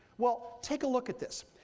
well, take a look at this.